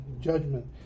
judgment